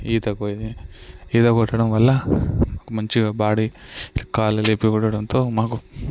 ఈతకు పోయేది ఈత కొట్టడం వల్ల మంచిగా బాడీ కాలులేపి కొట్టడంతో మాకు